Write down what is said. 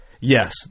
yes